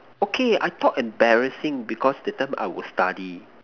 okay I thought embarrassing because that time I was study